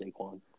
Saquon